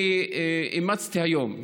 אני אימצתי היום,